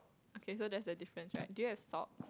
okay so that's a different right do you have sock